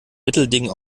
mittelding